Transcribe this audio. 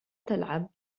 تلعب